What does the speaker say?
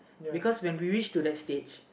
because when we reach to that stage